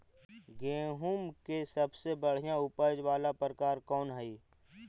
गेंहूम के सबसे बढ़िया उपज वाला प्रकार कौन हई?